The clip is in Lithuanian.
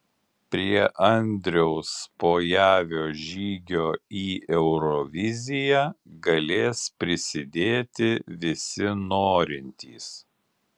prie andriaus pojavio žygio į euroviziją galės prisidėti visi norintys